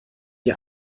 ihr